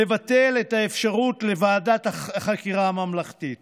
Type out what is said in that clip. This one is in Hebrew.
לבטל את האפשרות לוועדת חקירה ממלכתית